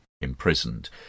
imprisoned